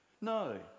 No